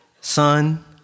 Son